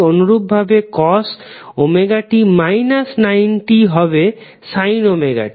অনুরূপভাবে cos ωt 90 হবে sin ωt